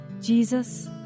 Jesus